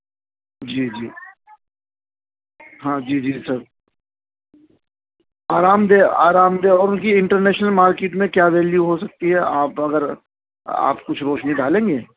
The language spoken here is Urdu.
جی جی ہاں جی جی سر آرام دہ آرام دہ اور ان کی انٹر نیشنل مارکیٹ میں کیا ویلیو ہو سکتی ہے آپ اگر آپ کچھ روشنی ڈالیں گے